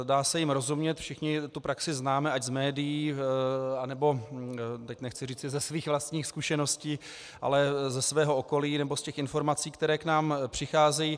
Dá se jim rozumět, všichni tu praxi známe ať z médií, anebo teď nechci říci ze svých vlastních zkušeností, ale ze svého okolí, nebo z těch informací, které k nám přicházejí.